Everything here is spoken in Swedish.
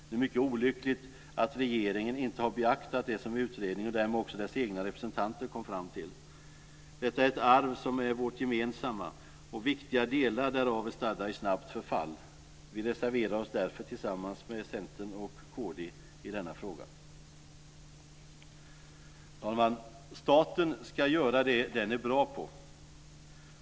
Det är mycket olyckligt att regeringen inte har beaktat det som utredningen och därmed också dess egna representanter kom fram till. Detta är ett arv som är vårt gemensamma, och viktiga delar därav är stadda i snabbt förfall. Vi reserverar oss därför tillsammans med Centern och kd i denna fråga. Herr talman! Staten ska göra det den är bra på.